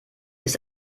ist